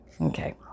Okay